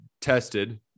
tested –